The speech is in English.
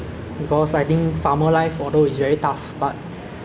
plants and you provide important food supply to people lah so